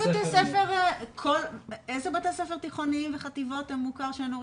ספר תיכוניים וחטיבות הם מוכר שאינו רשמי?